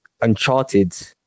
Uncharted